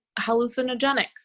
hallucinogenics